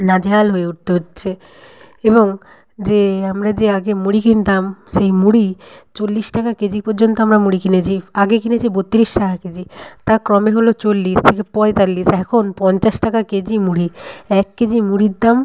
নাজেহাল হয়ে উঠতে হচ্ছে এবং যে আমরা যে আগে মুড়ি কিনতাম সেই মুড়ি চল্লিশ টাকা কেজি পর্যন্ত আমরা মুড়ি কিনেছি আগে কিনেছি বত্রিশ টাকা কেজি তা ক্রমে হলো চল্লিশ থেকে পঁয়তাল্লিশ এখন পঞ্চাশ টাকা কেজি মুড়ি এক কেজি মুড়ির দাম